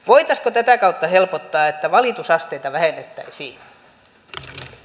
voitaisiinko tätä kautta helpottaa että valitusasteita vähennettäisiin